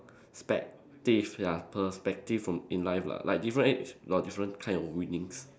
~spective ya perspective from in life lah like different age got different kind of winnings